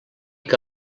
que